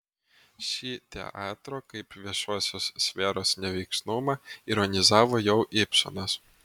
šį teatro kaip viešosios sferos neveiksnumą ironizavo jau ibsenas